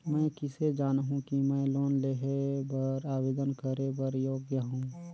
मैं किसे जानहूं कि मैं लोन लेहे बर आवेदन करे बर योग्य हंव?